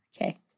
Okay